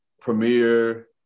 Premiere